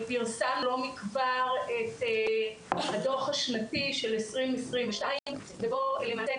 פרסמנו לא מכבר את הדוח השנתי של 2022 ובו למעשה,